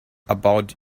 about